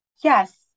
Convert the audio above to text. Yes